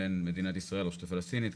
בין מדינת ישראל לרשות הפלסטינית,